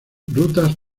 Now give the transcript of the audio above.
rutas